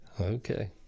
Okay